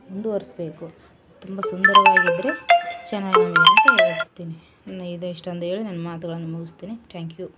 ಮುಂದ್ವರಿಸ್ಬೇಕು ತುಂಬ ಸುಂದರವಾಗಿದ್ರೆ ಚೆನ್ನಾಗ್ ಹೇಳ್ತಿನಿ ಇನ್ನು ಇದಿಷ್ಟು ಒಂದು ಹೇಳಿ ನನ್ನ ಮಾತುಗಳನ್ ಮುಗಿಸ್ತೀನಿ ತ್ಯಾಂಕ್ ಯು